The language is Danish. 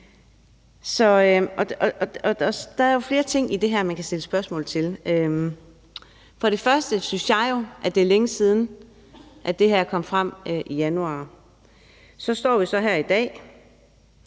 Der er jo flere ting i det her, man kan stille spørgsmål til. For det første synes jeg jo, at det er længe siden, at det her kom frem i januar. Så står vi så her i dag